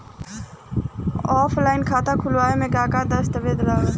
Offline खाता खुलावे म का का दस्तावेज लगा ता?